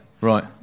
Right